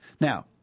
Now